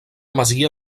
masia